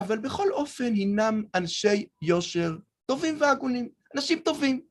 אבל בכל אופן, הנם אנשי יושר, טובים והגונים, אנשים טובים.